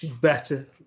better